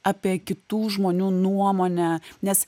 apie kitų žmonių nuomonę nes